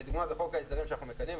בחוק ההסדרים שאנחנו מקדמים,